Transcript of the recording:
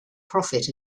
profit